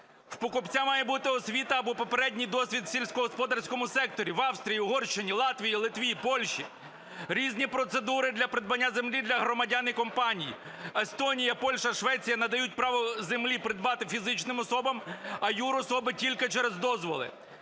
В покупця має бути освіта або попередній досвід в сільськогосподарському секторі. В Австрії, Угорщині, Латвії, Литві і Польщі різні процедури для придбання землі для громадян і компаній. Естонія, Польща, Швеція надають право землі придбати фізичним особам, а юрособи – тільки через дозволи.